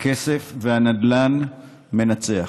הכסף והנדל"ן מנצחים.